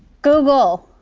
google,